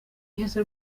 heza